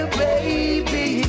baby